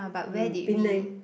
Penang